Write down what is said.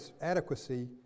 adequacy